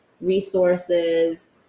resources